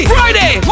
Friday